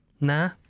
nah